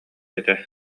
этэ